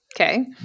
okay